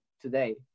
today